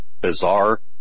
bizarre